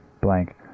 blank